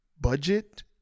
budget